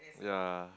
ya